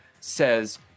says